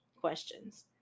questions